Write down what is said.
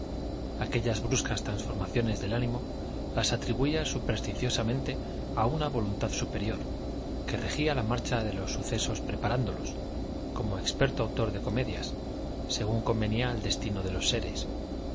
aquellas bruscas transformaciones del ánimo las atribuía supersticiosamente a una voluntad superior que regía la marcha de los sucesos preparándolos como experto autor de comedias según convenía al destino de los seres